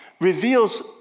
reveals